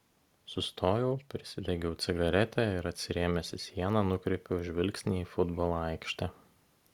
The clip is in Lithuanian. sustojau prisidegiau cigaretę ir atsirėmęs į sieną nukreipiau žvilgsnį į futbolo aikštę